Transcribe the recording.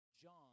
John